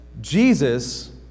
Jesus